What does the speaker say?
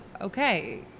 okay